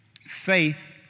faith